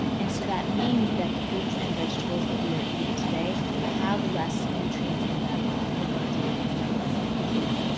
and so that means that the fruits and vegetables that we are eating today have less nutrients in them than they did several decades ago.